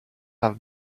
have